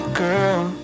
girl